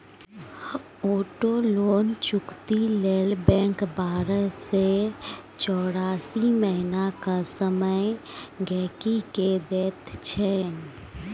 auto loan चुकती लेल bank बारह सँ चौरासी महीनाक समय गांहिकी केँ दैत छै